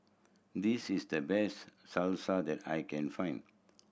this is the best Salsa that I can find